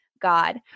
God